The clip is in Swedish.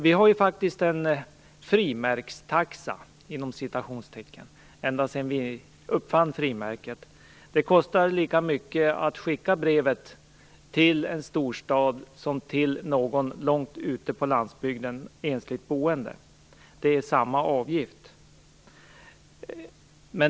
Vi har faktiskt haft en "frimärkstaxa" ända sedan frimärket uppfanns. Det kostar lika mycket att skicka ett brev till en storstad som till någon ensligt boende långt ute på landsbygden. Det är samma avgift.